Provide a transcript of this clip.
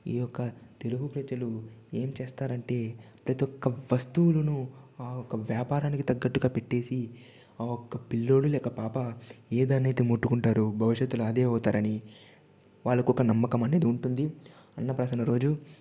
ఈ యొక్క తెలుగు ప్రజలు ఏం చేస్తారంటే ప్రతి ఒక్క వస్తువులను ఒక వ్యాపారానికి తగ్గట్టుగా పెట్టేసి ఆ ఒక్క పిల్లోడు లేక పాప ఏది అనేది ముట్టుకుంటారో భవిష్యత్తులో అదే అవుతారని వాళ్ళకు ఒక నమ్మకం అనేది ఉంటుంది అన్నప్రాసన రోజు